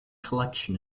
collection